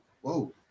whoa